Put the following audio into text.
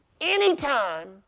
Anytime